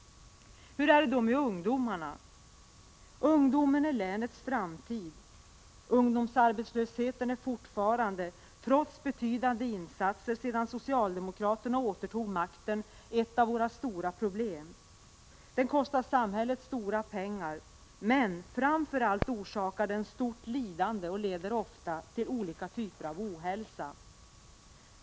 Hur är det med ungdomen? Ungdomen är länets framtid! Ungdomsarbetslösheten är fortfarande, trots betydande insatser sedan socialdemokraterna återtog makten, ett av våra stora problem. Den kostar samhället stora pengar. Men framför allt orsakar den stort lidande och leder ofta till ohälsa.